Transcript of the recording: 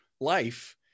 life